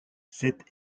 cet